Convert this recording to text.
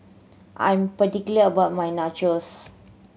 I'm particular about my Nachos